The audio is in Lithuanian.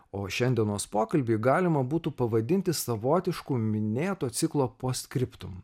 o šiandienos pokalbį galima būtų pavadinti savotišku minėto ciklo post scriptum